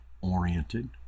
oriented